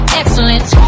excellence